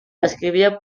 escrivia